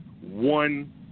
one